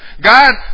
God